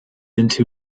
into